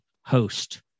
host